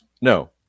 No